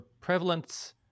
Prevalence